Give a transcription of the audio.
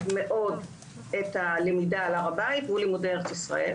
מאוד את הלמידה על הר הבית והוא לימודי ארץ ישראל.